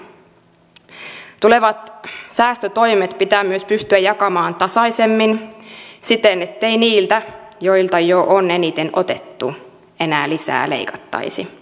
tulevat säästötoimet pitää myös pystyä jakamaan tasaisemmin siten ettei niiltä joilta jo on eniten otettu enää lisää leikattaisi